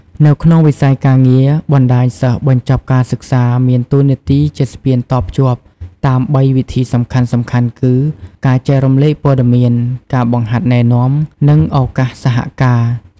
នៅក្នុងវិស័យការងារ បណ្តាញសិស្សបញ្ចប់ការសិក្សាមានតួនាទីជាស្ពានតភ្ជាប់តាមបីវិធីសំខាន់ៗគឺ ការចែករំលែកព័ត៌មាន ការបង្ហាត់ណែនាំ និងឱកាសសហការ។